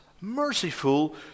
merciful